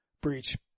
Breach